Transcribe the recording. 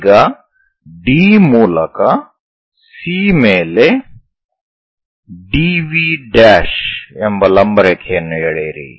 ಈಗ D ಮೂಲಕ C ಮೇಲೆ DV ಎಂಬ ಲಂಬ ರೇಖೆಗಳನ್ನು ಎಳೆಯಿರಿ